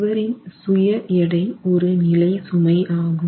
சுவரின் சுய எடை ஒரு நிலை சுமை ஆகும்